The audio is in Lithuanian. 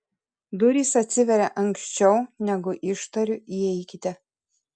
durys atsiveria anksčiau negu ištariu įeikite